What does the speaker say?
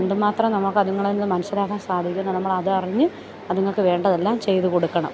എന്ത് മാത്രം നമുക്ക് അതുങ്ങളെന്ന് മനസ്സിലാക്കാൻ സാധിക്കുന്നു നമ്മൾ അതറിഞ്ഞ് അതുങ്ങൾക്ക് വേണ്ടതെല്ലാം ചെയ്തു കൊടുക്കണം